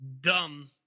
dumb